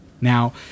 Now